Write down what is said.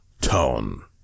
tone